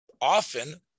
often